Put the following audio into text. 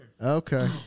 Okay